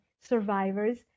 survivors